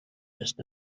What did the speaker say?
just